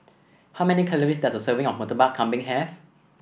how many calories does a serving of Murtabak Kambing have